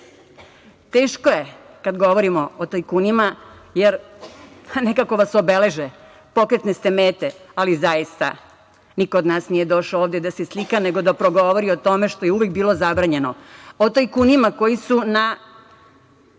je kada govorimo o tajkunima, jer nekako vas obeleže, pokretne ste mete, ali zaista niko od nas nije došao ovde da se slika, nego da progovori o tome što je uvek bilo zabranjeno, o tajkunima koji su na